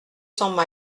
cents